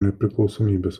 nepriklausomybės